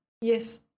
Yes